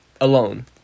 alone